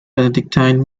benedictine